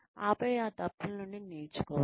ఆపై ఆ తప్పుల నుండి నేర్చుకోండి